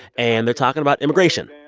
and they're talking about immigration.